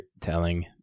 telling